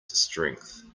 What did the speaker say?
strength